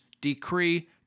decree